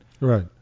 right